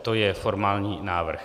To je formální návrh.